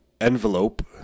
envelope